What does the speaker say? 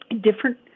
different